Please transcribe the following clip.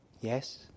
Yes